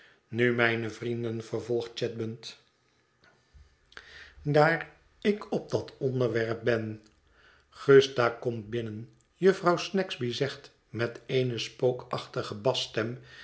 nu mijne vrienden vervolgt chadband daar ik op dat onderwerp ben gusta komt binnen jufvrouw snagsby zegt met eene spookachtige basstem